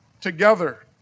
together